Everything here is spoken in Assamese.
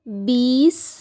বিছ